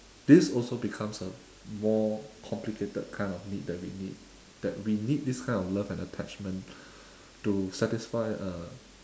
this also becomes a more complicated kind of need that we need that we need this kind of love and attachment to satisfy uh